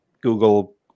Google